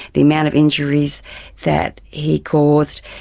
the amount of injuries that he caused,